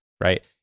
right